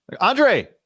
Andre